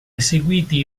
eseguiti